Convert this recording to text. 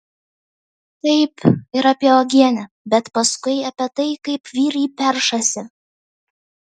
taip ir apie uogienę bet paskui apie tai kaip vyrai peršasi